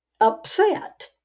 upset